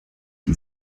die